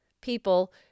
people